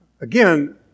Again